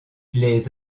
les